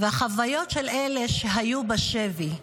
החוויות של אלה שהיו בשבי,